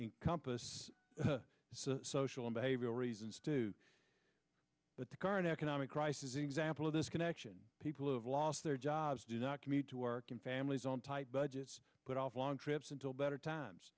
compass social and behavioral reasons too but the current economic crisis example of this connection people who have lost their jobs do not commute to work and families on tight budgets put off long trips until better times